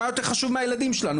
מה יותר חשוב מהילדים שלנו?